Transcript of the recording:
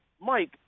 Mike